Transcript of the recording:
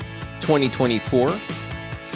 2024